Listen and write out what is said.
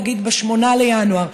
נגיד ב-8 בינואר,